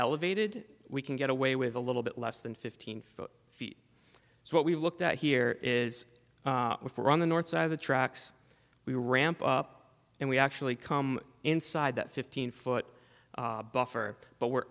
elevated we can get away with a little bit less than fifteen foot feet so what we've looked at here is we're on the north side of the tracks we ramp up and we actually come inside that fifteen foot buffer but we're